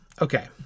Okay